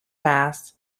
bass